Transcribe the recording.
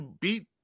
beat